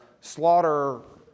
slaughter